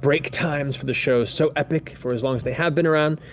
break times for the show so epic, for as long as they have been around.